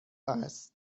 است